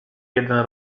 jeden